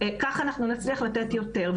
כך אנחנו נצליח לתת יותר.